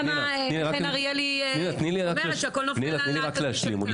פנינה, תני לי רק להשלים.